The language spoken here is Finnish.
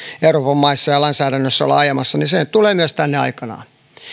euroopan maissa ja lainsäädännössä ollaan ajamassa eli se tulee myös tänne aikanaan